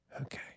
Okay